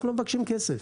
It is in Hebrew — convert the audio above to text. אנחנו לא מבקשים כסף,